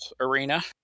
arena